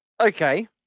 Okay